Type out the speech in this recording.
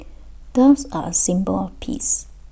doves are A symbol of peace